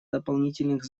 дополнительных